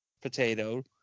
potato